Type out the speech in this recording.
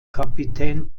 kapitän